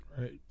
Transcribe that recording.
Right